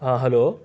ہاں ہلو